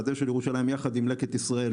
אשל ירושלים יחד עם לקט ישראל,